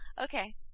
Okay